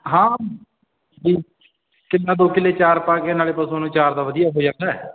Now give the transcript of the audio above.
ਹਾਂ ਕਿੱਲਾ ਦੋ ਕਿੱਲੇ ਆਚਾਰ ਪਾ ਕੇ ਨਾਲੇ ਪਸ਼ੂਆਂ ਨੂੰ ਆਚਾਰ ਦਾ ਵਧੀਆ ਹੋ ਜਾਂਦਾ